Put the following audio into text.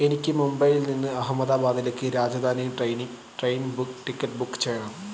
എനിക്ക് മുംബൈയിൽ നിന്ന് അഹമ്മദാബാദിലേക്ക് രാജധാനി ട്രെയിനിൽ ട്രെയിൻ ടിക്കറ്റ് ബുക്ക് ചെയ്യണം